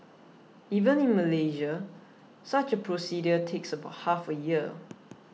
even in Malaysia such a procedure takes about half a year